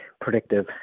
predictive